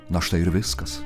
na štai ir viskas